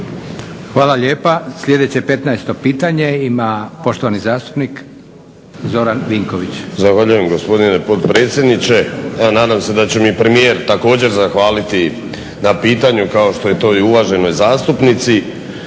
Hvala lijepa. Sljedeće 15 pitanje ima poštovani zastupnik Zoran Vinković. **Vinković, Zoran (HDSSB)** Zahvaljujem gospodine predsjedniče. Evo nadam se da će mi premijer također zahvaliti na pitanju kao što je to i uvaženoj zastupnici.